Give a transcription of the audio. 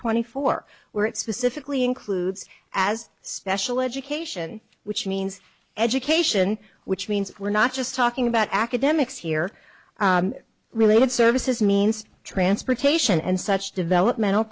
twenty four where it specifically includes as special education which means education which means we're not just talking about academics here related services means transportation and such developmental